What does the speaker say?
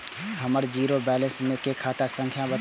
हमर zero balance के खाता संख्या बतबु?